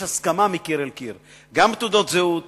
יש הסכמה מקיר לקיר, תעודות הזהות